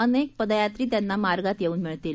अनेक पदयात्री त्यांना मार्गात येऊन मिळतील